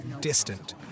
distant